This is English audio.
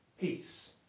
peace